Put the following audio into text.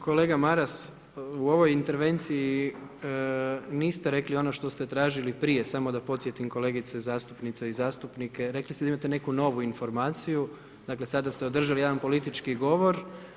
Kolega Maras, u ovoj intervenciji niste rekli ono što se tražili prije, samo da podsjetim kolegice zastupnice i zastupnike, rekli ste da imate neku novu informaciju, dakle sada ste održali jedan politički govor.